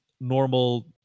normal